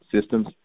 systems